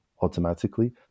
automatically